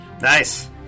Nice